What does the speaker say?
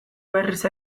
berriz